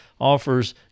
offers